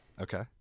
Okay